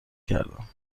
کردم